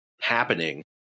happening